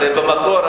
הרי במקור,